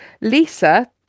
Lisa